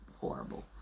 horrible